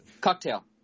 Cocktail